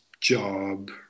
job